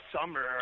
summer